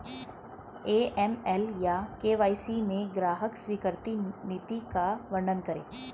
AML या KYC में ग्राहक स्वीकृति नीति का वर्णन करें?